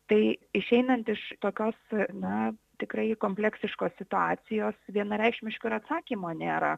tai išeinant iš tokios na tikrai kompleksiškos situacijos vienareikšmiško atsakymo nėra